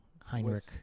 Heinrich